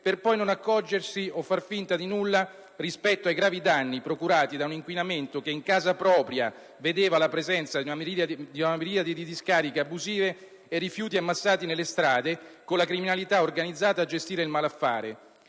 per poi non accorgersi o far finta di nulla rispetto ai gravi danni procurati da un inquinamento che in casa propria vedeva la presenza di una miriade di discariche abusive e rifiuti ammassati nelle strade, con la criminalità organizzata a gestire il malaffare.